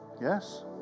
Yes